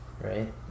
Right